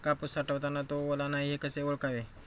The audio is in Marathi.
कापूस साठवताना तो ओला नाही हे कसे ओळखावे?